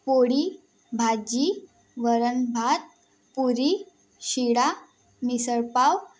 पोळी भाजी वरण भात पुरी शिरा मिसळपाव